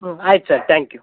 ಹ್ಞೂ ಆಯ್ತು sir thank you